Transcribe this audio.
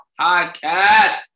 Podcast